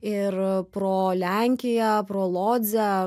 ir pro lenkiją pro lodzę